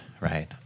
right